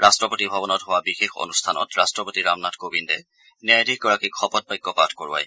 ৰাট্টপতি ভৱনত হোৱা বিশেষ অনুষ্ঠানত ৰাট্টপতি ৰামনাথ কোৱিন্দে ন্যায়াধীশগৰাকীক শপত বাক্য পাঠ কৰোৱায়